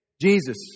Jesus